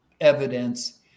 evidence